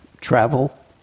travel